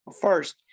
First